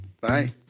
Bye